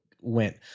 went